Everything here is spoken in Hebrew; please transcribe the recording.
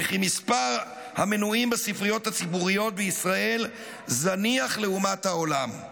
וכי מספר המנויים בספריות הציבוריות בישראל זניח לעומת העולם.